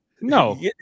no